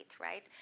right